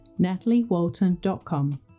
nataliewalton.com